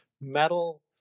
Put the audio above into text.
metal